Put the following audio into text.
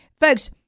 Folks